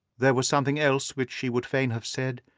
there was something else which she would fain have said,